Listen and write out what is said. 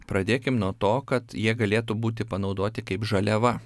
pradėkim nuo to kad jie galėtų būti panaudoti kaip žaliava